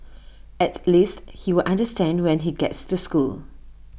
at least he'll understand when he gets to school